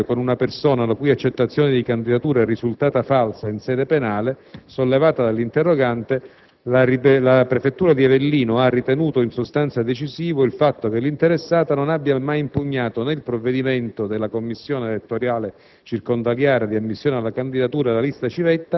Quanto alla surroga di un consigliere dimissionario con una persona la cui accettazione di candidatura è risultata falsa in sede penale, sollevata dall'interrogante, la prefettura di Avellino ha ritenuto decisivo il fatto che l'interessata non abbia mai impugnato né il provvedimento della commissione elettorale